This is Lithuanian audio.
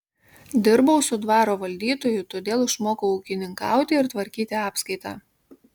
dirbau su dvaro valdytoju todėl išmokau ūkininkauti ir tvarkyti apskaitą